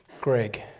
Greg